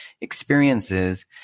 experiences